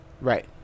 Right